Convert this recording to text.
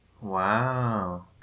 Wow